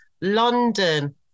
London